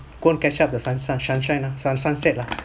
go catch up the sun sunshine ah sun sunset lah